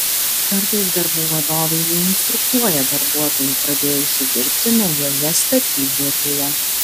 kartais darbų vadovai neinstruktuoja darbuotojų pradėjusių dirbti naujoje statybvietėje